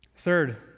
Third